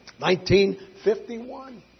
1951